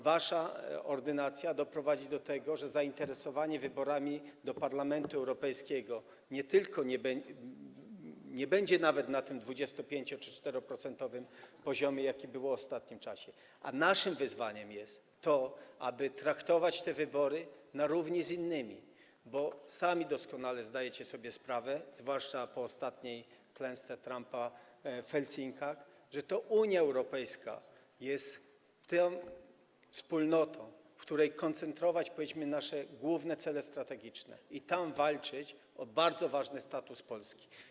Wasza ordynacja doprowadzi do tego, że zainteresowanie wyborami do Parlamentu Europejskiego nie będzie nawet na tym 25-procentowym czy 24-procentowym poziomie, jaki był w ostatnim czasie, a naszym wyzwaniem jest to, aby traktować te wybory na równi z innymi, bo sami doskonale zdajecie sobie sprawę, zwłaszcza po ostatniej klęsce Trumpa w Helsinkach, że to Unia Europejska jest tą wspólnotą, w której koncentrować powinniśmy nasze główne cele strategiczne i walczyć o bardzo ważny status Polski.